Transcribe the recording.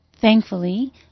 thankfully